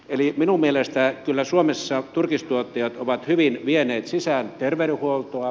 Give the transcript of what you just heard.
eli minun mielestäni kyllä suomessa turkistuottajat ovat hyvin vieneet sisään terveydenhuoltoa